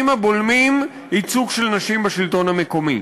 הבולמים ייצוג של נשים בשלטון המקומי.